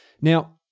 Now